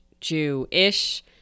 Jew-ish